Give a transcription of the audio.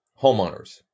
homeowners